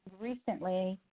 recently